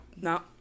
No